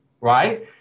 right